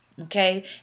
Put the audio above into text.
Okay